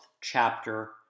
chapter